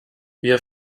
wir